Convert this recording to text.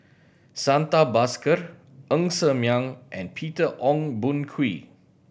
Santha Bhaskar Ng Ser Miang and Peter Ong Boon Kwee